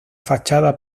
fachada